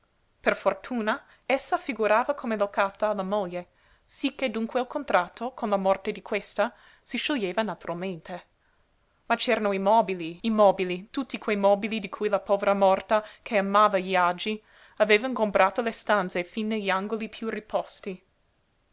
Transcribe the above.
per fortuna essa figurava come locata alla moglie sicché dunque il contratto con la morte di questa si scioglieva naturalmente ma c'erano i mobili i mobili tutti quei mobili di cui la povera morta che amava gli agi aveva ingombrato le stanze fin negli angoli piú riposti